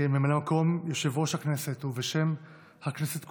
כממלא מקום יושב-ראש הכנסת, ובשם הכנסת כולה,